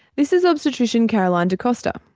this is obstetrician caroline de costa.